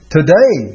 Today